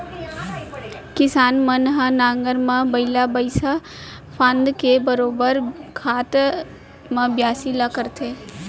किसान मन ह नांगर म बइला भईंसा फांद के बरोबर बेरा बखत म बियासी ल करथे